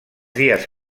dies